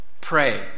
Pray